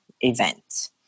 event